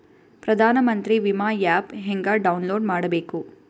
ಪ್ರಧಾನಮಂತ್ರಿ ವಿಮಾ ಆ್ಯಪ್ ಹೆಂಗ ಡೌನ್ಲೋಡ್ ಮಾಡಬೇಕು?